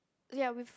ya we've